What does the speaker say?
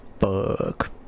Fuck